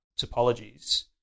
topologies